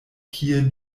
kie